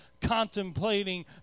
contemplating